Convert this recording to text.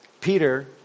Peter